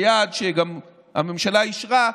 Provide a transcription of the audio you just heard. ביעד שגם הממשלה אישרה,